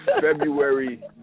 February